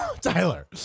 Tyler